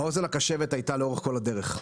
האוזן הקשבת הייתה לאורך כל הדרך,